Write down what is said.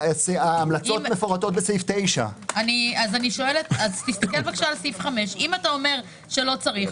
ההמלצות מפורטות בסעיף 9. תסתכל בבקשה על סעיף 5. אם אתה אומר שלא צריך,